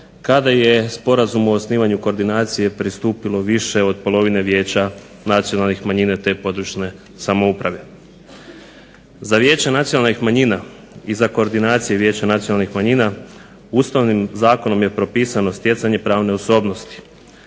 kada je Sporazumu o osnivanju koordinacije pristupilo više od polovine vijeća nacionalnih manjina te područne samouprave. Za vijeća nacionalnih manjina i za koordinacije vijeća nacionalnih manjina ustavnim zakonom je propisano stjecanje pravne osobnosti,